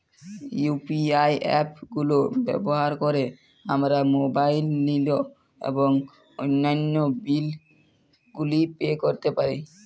UPI app গুলো ব্যবহার করে আমরা মোবাইল নিল এবং অন্যান্য বিল গুলি পে করতে পারি